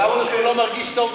חשבנו שהוא לא מרגיש טוב.